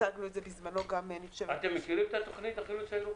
אתם מכירים את תוכנית החילוץ הירוקה?